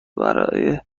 برای